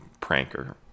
pranker